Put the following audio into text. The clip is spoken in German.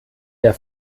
der